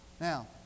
Now